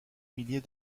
millier